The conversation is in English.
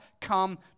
come